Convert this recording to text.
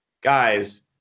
guys